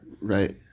Right